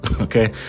Okay